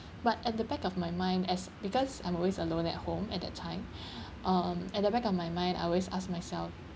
but at the back of my mind as because I'm always alone at home at that time um at the back of my mind I always ask myself